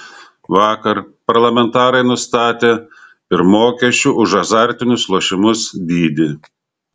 vakar parlamentarai nustatė ir mokesčių už azartinius lošimus dydį